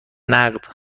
نقد